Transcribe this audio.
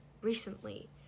recently